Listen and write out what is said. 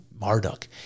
Marduk